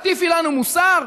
תן לה לצעוק, אדוני היושב-ראש.